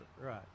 Right